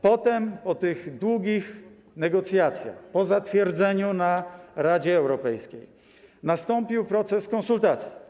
Potem po tych długich negocjacjach, po zatwierdzeniu w Radzie Europejskiej nastąpił proces konsultacji.